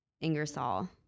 Ingersoll